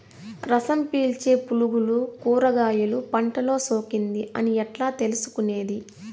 రసం పీల్చే పులుగులు కూరగాయలు పంటలో సోకింది అని ఎట్లా తెలుసుకునేది?